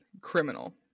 criminal